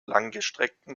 langgestreckten